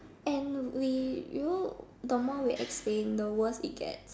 and we you know the more we explain the worse it get